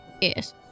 yes